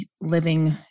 living